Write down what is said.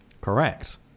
Correct